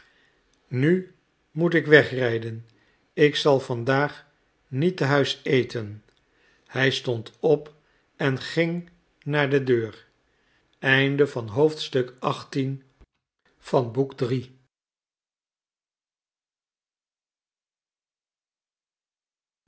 nu moet ik wegrijden ik zal vandaag niet te huis eten hij stond op en ging naar de